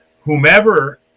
whomever